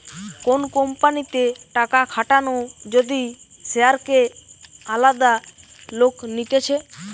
কোন কোম্পানিতে টাকা খাটানো যদি শেয়ারকে আলাদা লোক নিতেছে